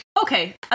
okay